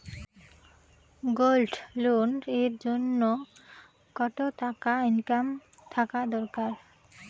Gold loan এর জইন্যে কতো টাকা ইনকাম থাকা দরকার?